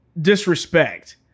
disrespect